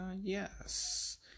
yes